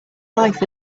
life